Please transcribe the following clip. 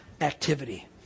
activity